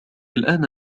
الآن